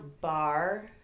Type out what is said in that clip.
bar